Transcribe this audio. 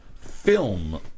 film